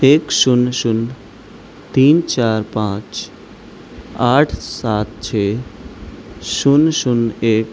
ایک شونیہ شونیہ تین چار پانچ آٹھ سات چھ شونیہ شونیہ ایک